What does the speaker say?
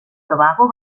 tobago